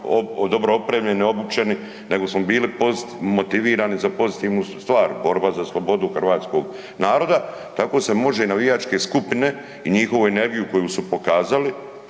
dobro opremljeni, obučeni, nego smo bili motivirani za pozitivnu stvar, borba za slobodu hrvatskog naroda, tako se može i navijačke skupine i njihovu energiju koju su pokazali